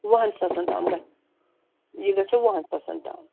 وُہَن ساسَن تام گژھ یہِ گژھو وُہَن ساسَن تام